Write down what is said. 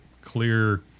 clear